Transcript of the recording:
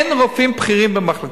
אין רופאים בכירים במחלקות,